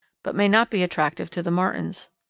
but may not be attractive to the martins.